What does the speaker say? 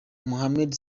mohamed